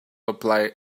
apply